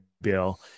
bill